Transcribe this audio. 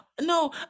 No